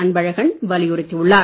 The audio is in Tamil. அன்பழகன் வலியுறுத்தி உள்ளார்